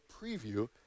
preview